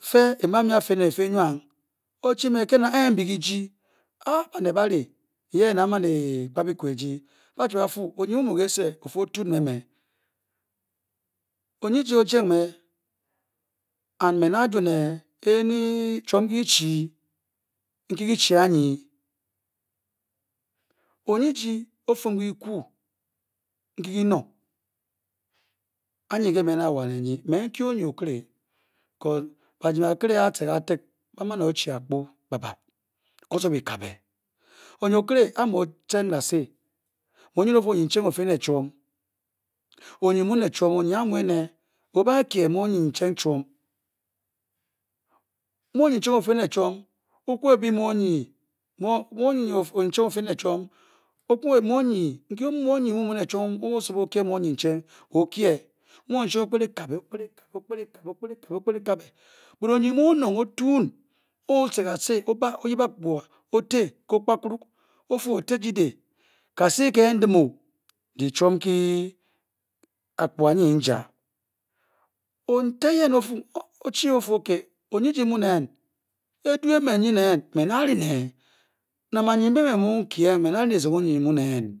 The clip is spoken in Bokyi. Pe kenank nke ba pe ne ke fua wank ochink we pena a ba'nel ba buka ji banel mbe ba nwa le ba je ba pu bonnemci mu gese ofu jung ah. oye ji mu kese and oye ji ofem pe ku nke henar and ye be ba mu a waniji me ken onye otor. banel ba tor ba mani chi apkorka ba be mu ochi oprele tuiba but oiye ye mu onorg otun orte kase ofu oteje le ha se nke nke oyep ba peny epia ote yen ofu oyeji ninonen edu emen nye nen menda lener mbala blu kia ne mem ba le lezonk orye nyunen